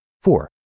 Four